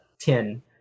ten